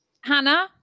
Hannah